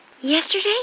Yesterday